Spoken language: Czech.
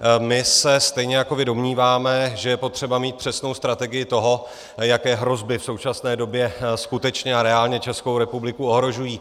My se stejně jako vy domníváme, že je potřeba mít přesnou strategii toho, jaké hrozby v současné době skutečně a reálně Českou republiku ohrožují.